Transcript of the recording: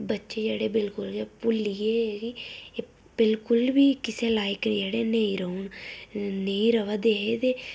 बच्चे जेह्ड़े बिल्कुल गै भुल्ली गे कि बिल्कुल बी कुसै लायक जेह्ड़े नेईं रौह्न नेईं र'वै दे हे ते